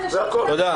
תודה.